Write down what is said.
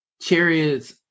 Chariots